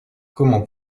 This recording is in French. comment